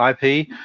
IP